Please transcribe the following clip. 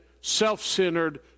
self-centered